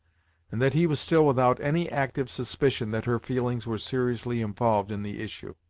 and that he was still without any active suspicion that her feelings were seriously involved in the issue.